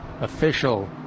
official